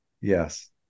Yes